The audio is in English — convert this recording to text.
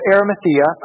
Arimathea